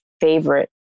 favorite